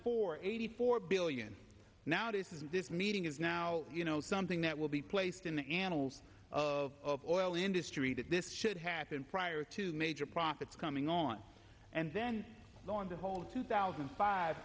four eighty four billion now this is this meeting is now something that will be placed in the annals of oil industry that this should happen prior to major profits coming on and then on the whole two thousand five